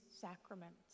sacraments